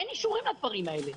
אין אישורים לדברים האלה.